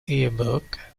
yearbook